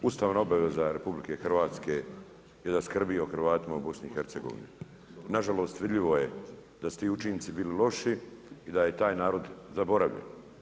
Kolega, ustavna obaveza RH je da skrbi o Hrvatima u BiH. nažalost vidljivo je da su ti učinci bili loši i da je taj narod zaboravljen.